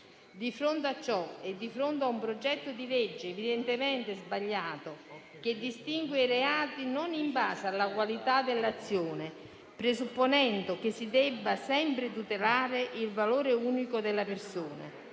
Di fronte a ciò e di fronte a un progetto di legge evidentemente sbagliato, che distingue i reati non in base alla qualità dell'azione, presupponendo che si debba sempre tutelare il valore unico della persona,